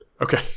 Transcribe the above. Okay